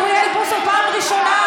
חבר הכנסת אוריאל בוסו, פעם ראשונה.